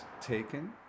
taken